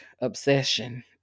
obsession